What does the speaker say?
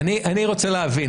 אני רוצה להבין,